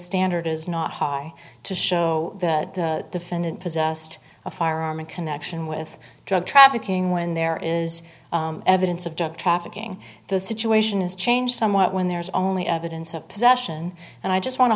standard is not high to show that defendant possessed a firearm in connection with drug trafficking when there is evidence of drug trafficking the situation has changed somewhat when there's only evidence of possession and i just want